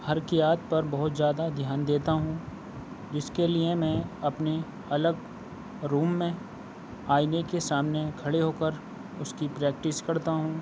حرکات پر بہت زیادہ دھیان دیتا ہوں جس کے لیے میں اپنی الگ روم میں آئینے کے سامنے کھڑے ہو کر اُس کی پریکٹس کرتا ہوں